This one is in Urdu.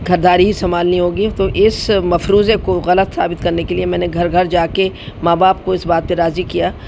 گھرداری ہی سنبھالنی ہوگی تو اس مفروضے کو غلط ثابت کرنے کے لیے میں نے گھر گھر جا کے ماں باپ کو اس بات پہ راضی کیا